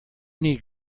need